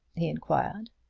he inquired.